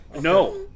No